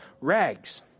rags